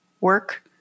work